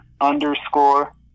underscore